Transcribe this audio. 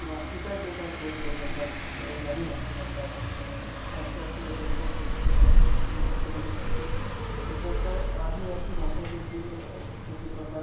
किंवा इतर जे काही खेळ खेळले जातात गाणे म्हटले जातात हा त्यात त्यांच्या संस्कृतीला खूप महत्त्व दिले जाते तसं तर आदिवासी भागातदेखील असे प्रकार